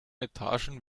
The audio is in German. etagen